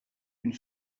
une